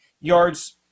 Yards